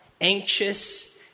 anxious